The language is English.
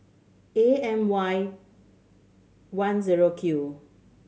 A M Y one zero Q